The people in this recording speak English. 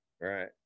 Right